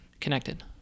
connected